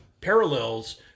parallels